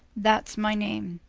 that's my name,